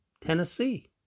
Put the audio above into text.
Tennessee